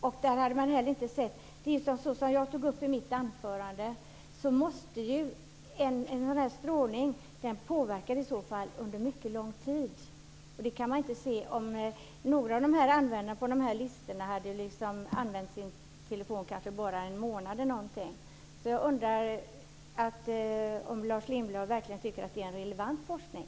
Man hade inte heller sett till det som jag tog upp i mitt anförande. En sådan här strålning påverkar ju under mycket lång tid. Det kunde man inte se här. Några av användarna på de här listorna hade kanske bara använt sin telefon i någon månad eller så. Jag undrar om Lars Lindbland verkligen tycker att detta är relevant forskning.